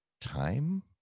time